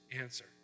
answer